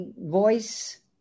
voice